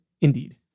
Indeed